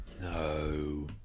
No